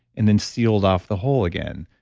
and then sealed off the hole again,